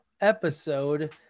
episode